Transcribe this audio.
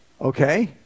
Okay